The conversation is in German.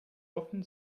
offen